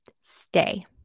stay